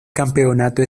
campeonato